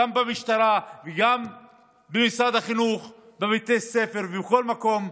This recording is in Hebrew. גם במשטרה וגם במשרד החינוך, בבתי ספר ובכל מקום,